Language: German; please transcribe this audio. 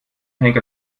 henker